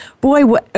boy